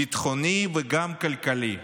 ביטחוני וגם כלכלי.